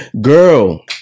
girl